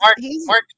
Mark